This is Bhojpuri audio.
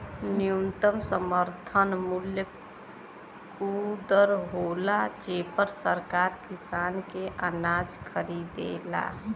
न्यूनतम समर्थन मूल्य उ दर होला जेपर सरकार किसान के अनाज खरीदेला